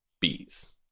bees